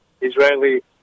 Israeli